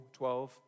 12